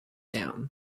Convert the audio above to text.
down